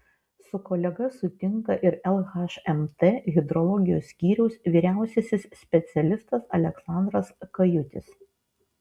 su kolega sutinka ir lhmt hidrologijos skyriaus vyriausiasis specialistas aleksandras kajutis